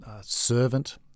servant